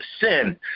sin